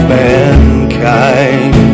mankind